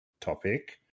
topic